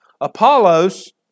Apollos